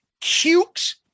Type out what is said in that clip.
Cukes